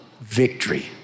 victory